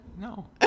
No